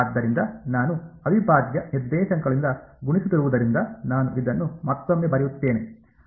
ಆದ್ದರಿಂದ ನಾನು ಅವಿಭಾಜ್ಯ ನಿರ್ದೇಶಾಂಕಗಳಿಂದ ಗುಣಿಸುತ್ತಿರುವುದರಿಂದ ನಾನು ಇದನ್ನು ಮತ್ತೊಮ್ಮೆ ಬರೆಯುತ್ತೇನೆ